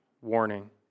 warning